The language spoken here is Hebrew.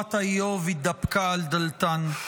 שבשורת האיוב הידפקה על דלתן.